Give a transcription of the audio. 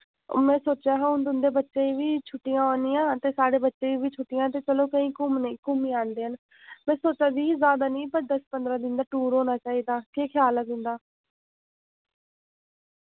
में सोचेआ हा हून तुंदे बच्चें बी छुट्टियां औनियां ते साढ़े बच्चें गी बी छुट्टियां ते चलो कईं घुम्मने घुम्मी औंदे न में सोच्चा दी ही जैदा निं पर दस पंदरां दिन दा टूर होना चाहिदा केह् खेआल ऐ तुंदा